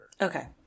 Okay